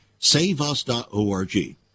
Saveus.org